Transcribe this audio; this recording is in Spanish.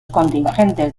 contingentes